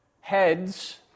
heads